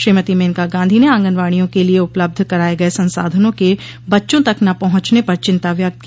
श्रीमती मेनका गांधी ने आंगनवाडियों के लिए उपलब्ध कराए गए संसाधनों के बच्चों तक न पहुंचने पर चिंता व्यक्त की